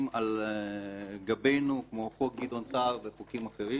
על גבינו כמו חוק גדעון סער וחוקים אחרים.